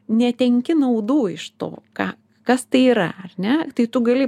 netenki naudų iš to ką kas tai yra ar ne tai tu gali